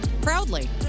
Proudly